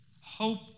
Hope